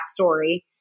backstory